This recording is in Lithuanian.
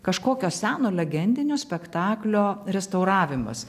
kažkokio seno legendinio spektaklio restauravimas